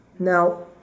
Now